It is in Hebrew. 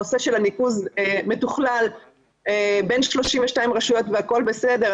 הנושא של הניקוז מתוכלל בין 32 רשויות והכול בסדר.